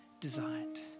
designed